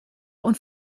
und